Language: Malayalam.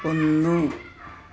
ഒന്ന്